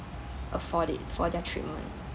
afford it for their treatment